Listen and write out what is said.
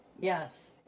Yes